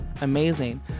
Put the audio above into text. amazing